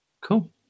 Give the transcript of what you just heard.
Cool